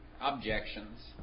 objections